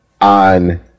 on